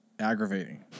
Aggravating